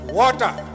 water